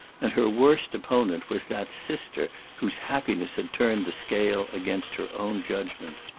and her worst opponent was that sister whose happiness had turned the scale against her own judgment.